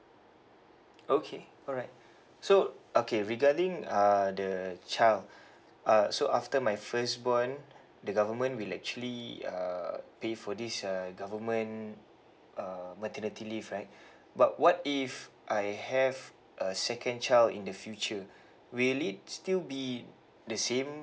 okay alright so okay regarding uh the child uh so after my firstborn the government will actually uh pay for this uh government uh maternity leave right but what if I have a second child in the future will it still be the same